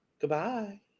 Goodbye